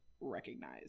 recognize